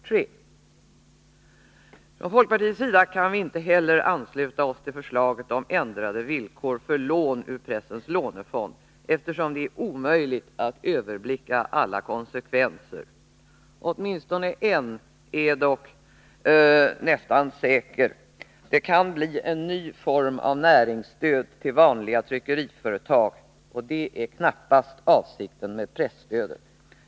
Vi kan från folkpartiets sida inte heller ansluta oss till förslaget om ändrade villkor för lån ur pressens lånefond, eftersom det är omöjligt att överblicka alla konsekvenser av det. Åtminstone en är dock nästan säker: det kan bli en ny form av näringsstöd till vanliga tryckeriföretag, och det är knappast avsikten med presstödet.